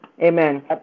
Amen